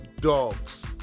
dogs